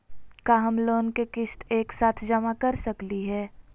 का हम लोन के किस्त एक साथ जमा कर सकली हे?